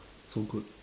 so good